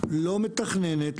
לא מתכננת,